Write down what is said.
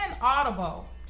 audible